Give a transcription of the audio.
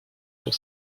pour